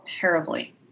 terribly